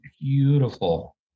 beautiful